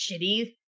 shitty